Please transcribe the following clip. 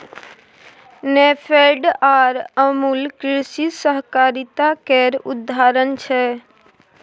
नेफेड आर अमुल कृषि सहकारिता केर उदाहरण छै